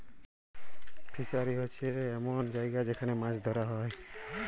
fishery হছে এমল জায়গা যেখালে মাছ ধ্যরা হ্যয়